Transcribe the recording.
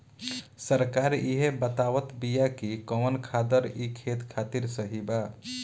सरकार इहे बतावत बिआ कि कवन खादर ई खेत खातिर सही बा